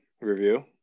review